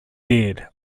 dead